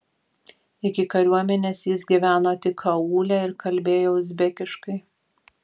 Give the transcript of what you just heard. iki kariuomenės jis gyveno tik aūle ir kalbėjo uzbekiškai